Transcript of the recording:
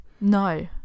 no